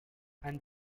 and